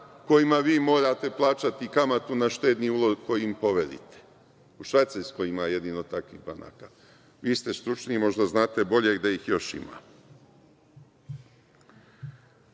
kojima vi morate plaćati kamatu na štedni ulog koji im poverite. U Švajcarskoj ima jedino takvih banaka. Vi ste stručni, možda znate bolje gde ih još ima. Kad